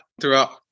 throughout